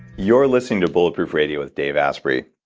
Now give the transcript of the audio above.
you're listening to bulletproof radio with dave asprey.